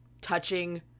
touching